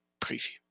preview